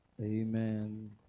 Amen